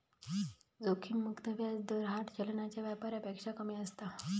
जोखिम मुक्त व्याज दर हार्ड चलनाच्या व्यापारापेक्षा कमी असता